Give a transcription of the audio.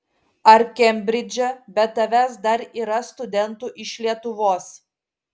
ar kembridže be tavęs dar yra studentų iš lietuvos